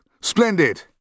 Splendid